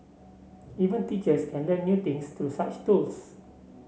even teachers can learn new things through such tools